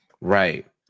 Right